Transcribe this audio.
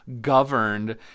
governed